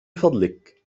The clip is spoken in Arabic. فضلك